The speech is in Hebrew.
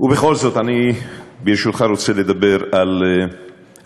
ובכל זאת, אני, ברשותך, רוצה לדבר על התקציב.